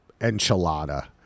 enchilada